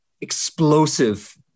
explosive